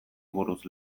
buruz